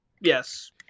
Yes